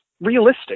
realistic